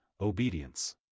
obedience